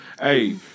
Hey